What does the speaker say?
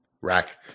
rack